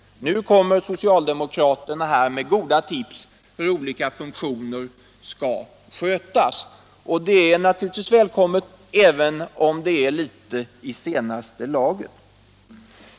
Nu kommer socialdemokraterna med goda tips för hur olika funktioner skall skötas, och det är naturligtvis välkommet även om det är litet i senaste laget.